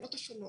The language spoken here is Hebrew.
התקנות השונות.